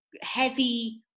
heavy